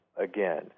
again